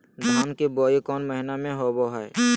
धान की बोई कौन महीना में होबो हाय?